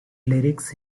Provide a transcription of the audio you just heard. lyrics